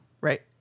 right